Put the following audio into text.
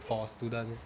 for students